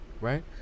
right